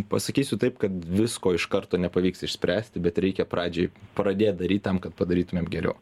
pasakysiu taip kad visko iš karto nepavyks išspręsti bet reikia pradžioj pradėt daryt tam kad padarytumėm geriau